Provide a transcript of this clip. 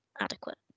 adequate